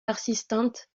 persistantes